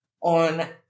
on